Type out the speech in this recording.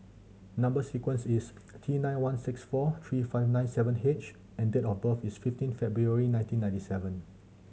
number sequence is T nine one six four three five nine seven H and date of birth is fifteen February nineteen ninety seven